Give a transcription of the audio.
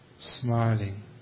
smiling